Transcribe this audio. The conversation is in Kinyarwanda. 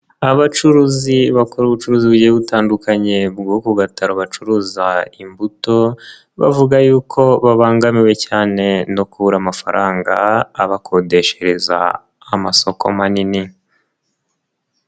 Abacuruzi bakora ubucuruzi bugiye butandukanye bwo ku gataro bacuruza imbuto bavuga y'uko babangamiwe cyane no kubura amafaranga abakodeshereza amasoko manini.